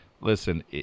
listen